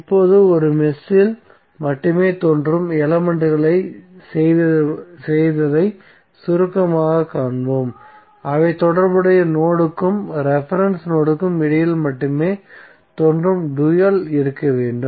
இப்போது ஒரு மெஷில் மட்டுமே தோன்றும் எலமெண்ட்களைச் செய்ததை சுருக்கமாகக் காண்போம் அவை தொடர்புடைய நோட்க்கும் ரெபரென்ஸ் நோட்க்கும் இடையில் மட்டுமே தோன்றும் டூயல் இருக்க வேண்டும்